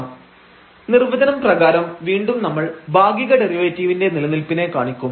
ϵ√2|fxy f0 0|ϵ whenever 0√x2y2 δ നിർവചനം പ്രകാരം വീണ്ടും നമ്മൾ ഭാഗിക ഡെറിവേറ്റീവിന്റെ നിലനിൽപ്പിനെ കാണിക്കും